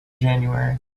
january